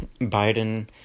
Biden